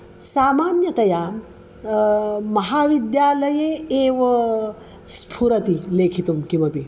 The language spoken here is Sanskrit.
सामान्यतया महाविद्यालये एव स्फुरति लिखितुं किमपि